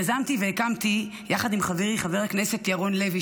יזמתי והקמתי יחד עם חברי חבר הכנסת ירון לוי,